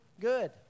good